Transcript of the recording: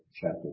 chapter